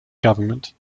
government